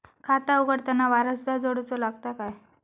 खाता उघडताना वारसदार जोडूचो लागता काय?